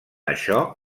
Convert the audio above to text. això